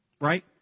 right